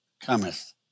cometh